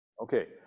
Okay